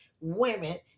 women